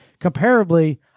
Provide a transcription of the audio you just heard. comparably